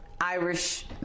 Irish